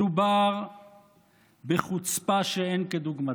מדובר בחוצפה שאין כדוגמתה,